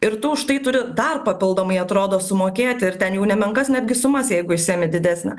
ir tu už tai turi dar papildomai atrodo sumokėti ir ten jau nemenkas netgi sumas jeigu išsiėmi didesnę